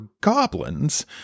goblins